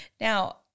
Now